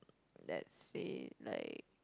let's see like